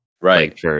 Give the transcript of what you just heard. right